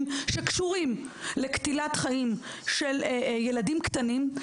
שקשורים לקטילת חיים של ילדים קטנים,